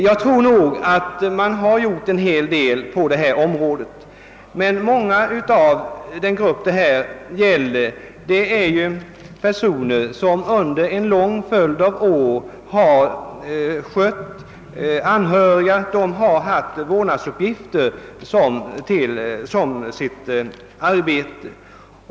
Jag tror nogatt man har gjort en hel del på detta område, men många av hemmadöttrarna har under en lång följd av år skött anhöriga och haft dessa vårdnadsuppgifter som sitt arbete.